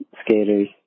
skaters